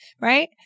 right